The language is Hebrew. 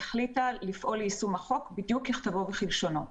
הנוכחית החליטה לפעול ליישום החוק בדיוק ככתבו וכלשונו.